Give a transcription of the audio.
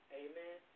amen